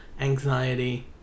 anxiety